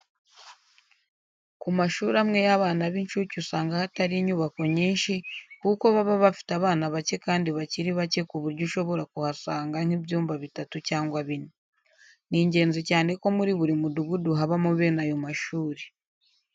Ku mashuri amwe y'abana b'incuke usanga hatari inyubako nyinshi kuko baba bafite abana bake kandi bakiri bake ku buryo ushobora kuhasanga nk'ibyumba bitatu cyangwa bine. Ni ingezi cyane ko muri buri mudugudu habamo bene ayo mashuri.